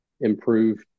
improve